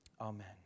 Amen